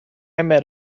met